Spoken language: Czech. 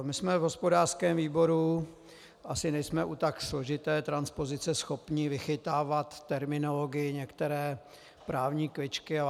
My v hospodářském výboru asi nejsme u tak složité transpozice schopni vychytávat terminologii, některé právní kličky, lapsy.